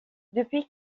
depuis